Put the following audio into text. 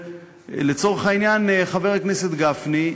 לצורך העניין, חבר הכנסת גפני,